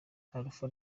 alpha